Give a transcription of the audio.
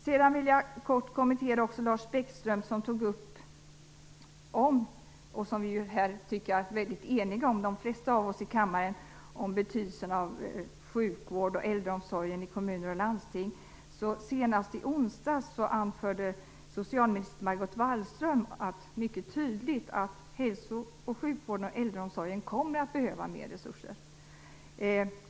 Jag vill också kort kommentera det som Lars Bäckström sade om betydelsen av sjukvård och äldreomsorg i kommuner och landsting. Detta är de flesta av oss i kammaren eniga om. Senast i onsdags anförde socialminister Margot Wallström mycket tydligt att hälso och sjukvården och äldreomsorgen kommer att behöva mer resurser.